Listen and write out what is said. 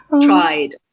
tried